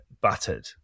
battered